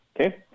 Okay